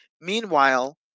Meanwhile